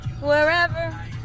wherever